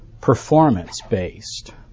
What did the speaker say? performance-based